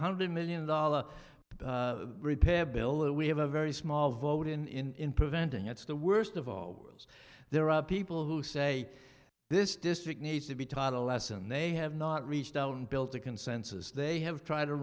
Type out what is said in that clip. hundred million dollar repair bill that we have a very small vote in preventing it's the worst of all worlds there are people who say this district needs to be taught a lesson they have not reached down build a consensus they have tried to